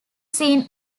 seen